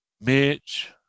Mitch